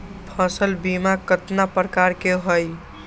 फसल बीमा कतना प्रकार के हई?